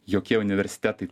jokie universitetai